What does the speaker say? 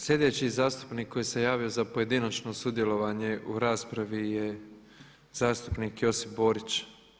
Sljedeći zastupnik koji se javio za pojedinačno sudjelovanje u raspravi je zastupnik Josip Borić.